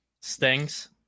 stings